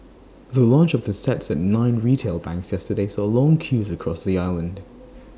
the launch of the sets at nine retail banks yesterday saw long queues across the island